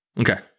Okay